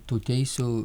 tų teisių